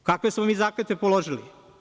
Drugo, kakve smo mi zakletve položili?